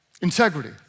Integrity